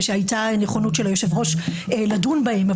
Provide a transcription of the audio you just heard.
ושהייתה נכונות של היושב-ראש לדון בהם,